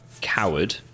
Coward